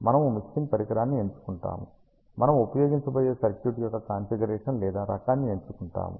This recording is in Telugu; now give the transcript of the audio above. మనము మిక్సింగ్ పరికరాన్ని ఎంచుకుంటాము మనము ఉపయోగించబోయే సర్క్యూట్ యొక్క కాన్ఫిగరేషన్ లేదా రకాన్ని ఎంచుకుంటాము